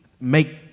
make